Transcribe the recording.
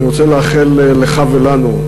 אני רוצה לאחל לך ולנו,